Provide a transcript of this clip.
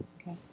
Okay